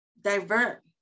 divert